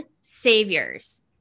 Saviors